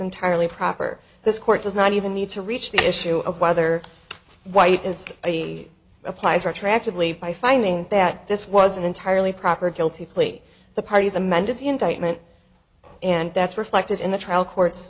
entirely proper this court does not even need to reach the issue of whether white is applies retroactively by finding that this was an entirely proper guilty plea the parties amended the indictment and that's reflected in the trial court